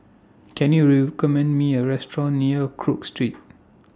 Can YOU recommend Me A Restaurant near Cook Street